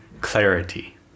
clarity